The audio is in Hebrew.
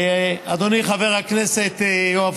אדוני חבר הכנסת יואב